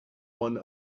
one